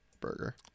burger